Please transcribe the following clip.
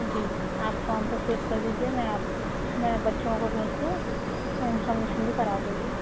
جی آپ فام پہ فلپ کر دیجیے میں آپ میں بچوں کو بھیج کے میں انسالیشن بھی کرا دوں گی